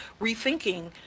rethinking